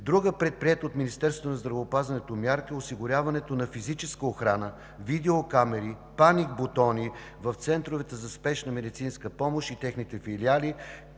Друга, предприета от Министерството на здравеопазването, мярка е осигуряването на физическа охрана, видеокамери, паникбутони в центровете за спешна медицинска помощ и техните филиали,